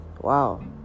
wow